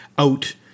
out